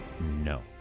no